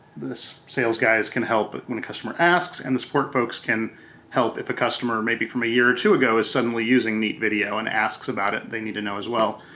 sales guys can help when a customer asks and the support folks can help if a customer maybe from a year or two ago is suddenly using neat video and asks about it, they need to know as well.